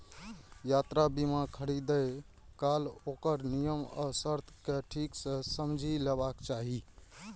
यात्रा बीमा खरीदै काल ओकर नियम आ शर्त कें ठीक सं समझि लेबाक चाही